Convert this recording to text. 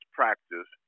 practice